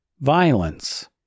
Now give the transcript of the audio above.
violence